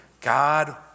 God